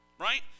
right